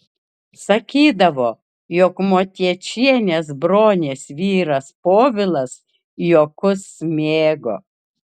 sakydavo jog motiečienės bronės vyras povilas juokus mėgo